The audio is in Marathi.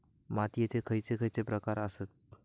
मातीयेचे खैचे खैचे प्रकार आसत?